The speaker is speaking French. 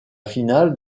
finale